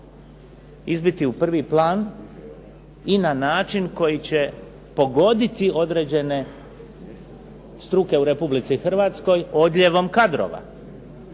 izbiti u prvi plan i na način koji će pogoditi određene struke u Republici Hrvatskoj odljevom kadrova.